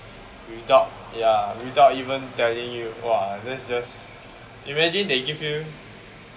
without ya without even telling you !wah! that's just imagine they give you